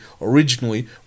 originally